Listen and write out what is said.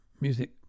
music